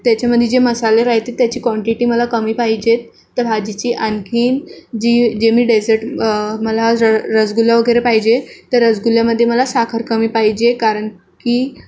त्याच्यामधी जे मसाले रयतेत त्याची क्वांटिटी मला कमी पाहिजेत त्या भाजीची आणखीन जी जे मी डेझर्ट मला र रसगुल्ला वगैरे पाहिजे त्या रसगुल्ल्यामध्ये मला साखर कमी पाहिजे कारण की